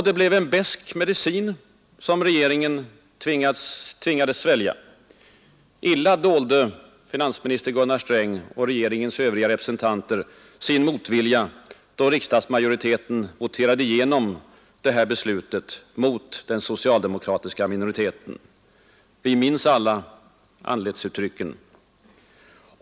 Det blev en besk medicin som regeringen tvingades svälja. Illa dolde finansminister Gunnar Sträng och regeringens övriga representanter sin motvilja då riksdagsmajoriteten voterade igenom detta beslut mot den socialdemokratiska minoriteten. Alla minns vi anletsuttrycken.